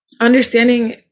understanding